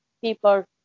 people